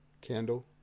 Candle